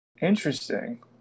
Interesting